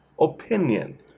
Opinion